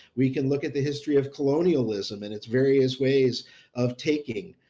we can look at the history of colonialism and its various ways of taking